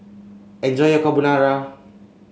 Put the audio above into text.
enjoy your Carbonara